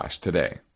today